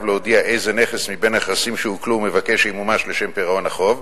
להודיע איזה נכס מבין הנכסים שעוקלו הוא מבקש שימומש לשם פירעון החוב.